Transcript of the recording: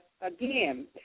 again